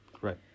Right